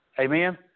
Amen